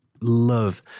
love